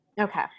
Okay